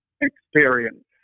experience